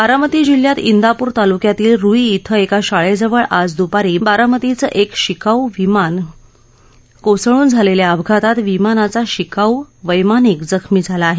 बारामती जिल्ह्यात इंदापूर तालुक्यातील रूई इथं एका शाळेजवळ आज द्पारी बारामतीचं एक शिकाऊ विमान कोसळून झालेल्या अपघातात विमानाचा शिकाऊ वत्तानिक जखमी झाला आहे